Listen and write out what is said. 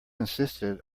insisted